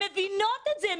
מבינות את זה.